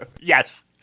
Yes